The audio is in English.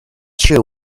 sure